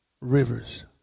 rivers